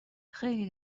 خیلی